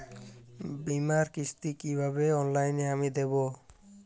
বীমার কিস্তি কিভাবে অনলাইনে আমি দেবো?